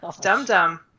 dum-dum